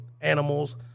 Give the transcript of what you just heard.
animals